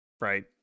right